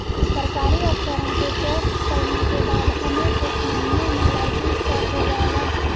सरकारी अफसरों के चेक करने के बाद हमें कुछ महीनों में लाइसेंस प्राप्त हो जाएगा